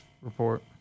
report